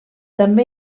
també